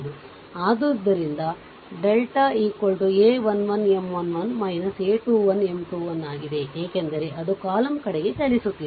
ಆದ್ದರಿಂದ delta a 1 1 M 1 1 a 21 M 21 ಆಗಿದೆ ಏಕೆಂದರೆ ಅದು ಕಾಲಮ್ ಕಡೆಗೆ ಚಲಿಸುತ್ತಿದೆ